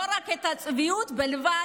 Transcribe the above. זו לא רק צביעות בלבד,